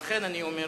לכן אני אומר